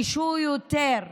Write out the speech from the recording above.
מקומות קדושים ליהודים,